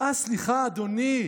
"אה, סליחה, אדוני.